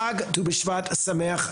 חג ט"ו בשבט שמח.